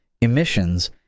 emissions